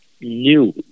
new